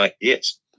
Yes